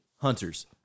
Hunters